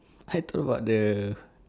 I told about the